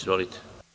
Izvolite.